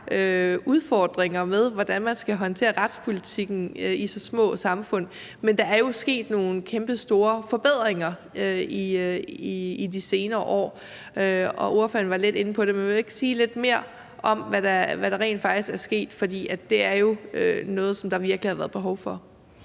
udfordringer med, hvordan man skal håndtere retspolitikken i så små samfund, men der er jo sket nogle kæmpestore forbedringer i de senere år, og ordføreren var lidt inde på det, men vil du ikke sige lidt mere om, hvad der rent faktisk er sket, for det er jo noget, som der virkelig har været behov for?